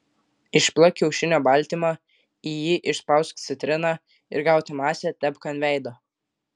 išplak kiaušinio baltymą į jį išspausk citriną ir gautą masę tepk ant veido